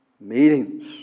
meetings